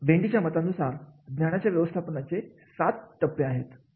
वेंडीच्या मतानुसार ज्ञानाच्या व्यवस्थापनाचे सात टप्पे आहेत